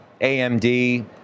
AMD